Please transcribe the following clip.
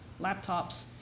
laptops